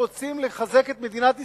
רוצים לחזק את מדינת ישראל.